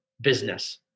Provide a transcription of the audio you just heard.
business